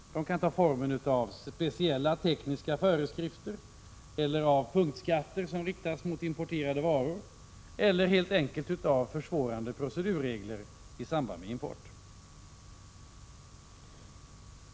De kan ta formen av speciella tekniska föreskrifter, punktskatter som riktas mot importerade varor eller helt enkelt försvårande procedurregler i samband med import.